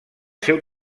seu